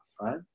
right